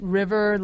river